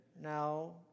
now